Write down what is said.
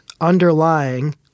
underlying